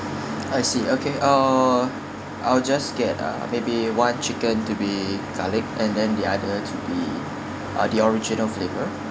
I see okay uh I'll just get uh maybe one chicken to be garlic and then the other to be uh the original flavour